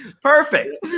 Perfect